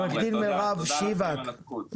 תודה לכם על הכול.